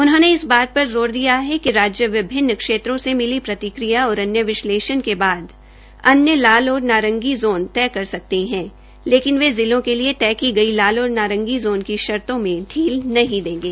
उन्होंने इस बात पर ज़ोर दिया कि राज्य विभिन्न क्षेत्रों से मिली प्रतिक्रिया और अन्य विश्लेषण के बाद अन्य लाल और नारंगी ज़ोन तय कर सकते है लेकिन वे शिले के लिए तय की गई लाल और नारंगी ज़ोन की शर्तो में पील नहीं देंगे